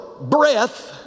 breath